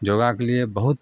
योगाके लिए बहुत